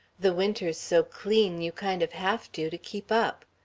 the winter's so clean, you kind of have to, to keep up.